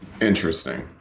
Interesting